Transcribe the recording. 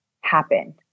happen